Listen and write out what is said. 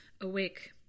Awake